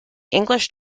english